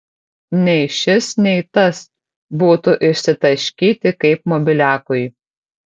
nei šis nei tas būtų išsitaškyti kaip mobiliakui